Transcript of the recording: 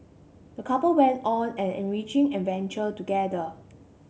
the couple went on an enriching adventure together